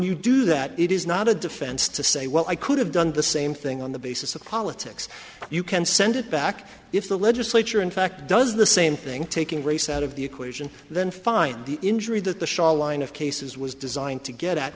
you do that it is not a defense to say well i could have done the same thing on the basis of politics you can send it back if the legislature in fact does the same thing taking race out of the equation then five by the injury that the shoreline of cases was designed to get at